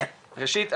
ראשית,